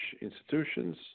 institutions